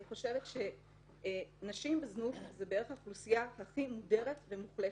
אני חושבת שנשים בזנות זו בערך האוכלוסייה הכי מודרת ומוחלשת,